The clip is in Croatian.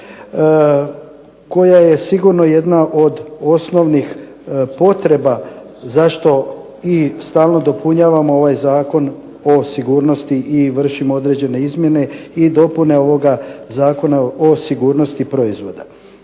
koja je sigurno jedna od osnovnih potreba zašto i stalno dopunjavamo ovaj Zakon o sigurnosti i vršimo određene izmjene i dopune ovoga Zakona o sigurnosti proizvoda.